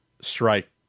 strike